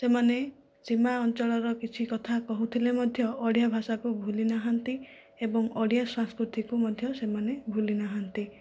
ସେମାନେ ସୀମା ଅଞ୍ଚଳର କିଛି କଥା କହୁଥିଲେ ମଧ୍ୟ ଓଡ଼ିଆ ଭାଷାକୁ ଭୁଲି ନାହାନ୍ତି ଏବଂ ଓଡ଼ିଆ ସଂସ୍କୃତିକୁ ମଧ୍ୟ ଭୁଲି ନାହାନ୍ତି